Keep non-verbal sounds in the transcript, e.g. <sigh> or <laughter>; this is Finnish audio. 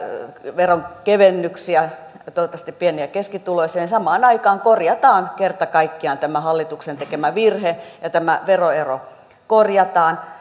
veronkevennyksiä toivottavasti pieni ja keskituloisille niin samaan aikaan korjataan kerta kaikkiaan tämä hallituksen tekemä virhe ja tämä veroero korjataan <unintelligible>